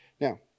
Now